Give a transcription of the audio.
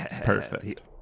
Perfect